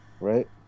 right